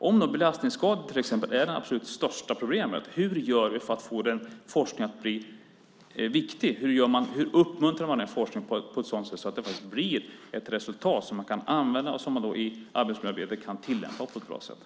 Om belastningsskador är det absolut största problemet, hur gör vi för att få den forskningen att bli viktig? Hur uppmuntrar man den forskningen så att det blir ett resultat som man kan använda och tillämpa på ett bra sätt i arbetsmiljöarbetet?